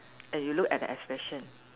and you look at the expression